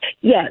Yes